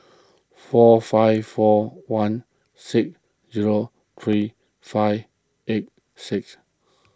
four five four one six zero three five eight six